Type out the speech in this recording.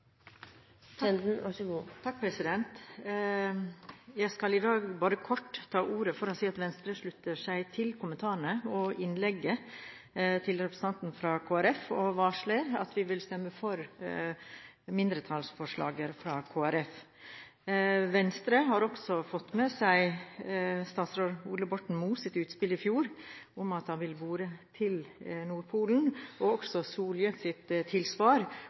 det. Så kommer jeg heller tilbake senere. Representanten Kjell Ingolf Ropstad har tatt opp de forslagene han refererte til. Jeg skal i dag bare kort ta ordet for å si at Venstre slutter seg til kommentarene og innlegget til representanten fra Kristelig Folkeparti og varsler at vi vil stemme for mindretallsforslagene fra Kristelig Folkeparti. Venstre har også fått med seg statsråd Ola Borten Moes utspill i fjor om at han vil bore til Nordpolen,